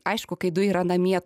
aišku kai du yra namie